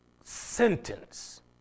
sentence